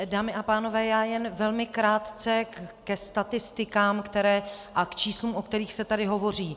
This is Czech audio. Dámy a pánové, já jen velmi krátce ke statistikám a k číslům, o kterých se tady hovoří.